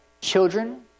children